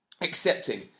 Accepting